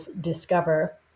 discover